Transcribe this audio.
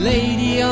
Lady